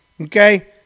Okay